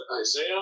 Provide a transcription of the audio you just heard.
Isaiah